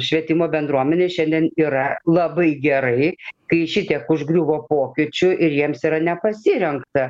švietimo bendruomenei šiandien yra labai gerai kai šitiek užgriuvo pokyčių ir jiems yra nepasirengta